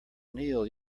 neil